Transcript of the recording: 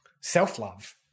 self-love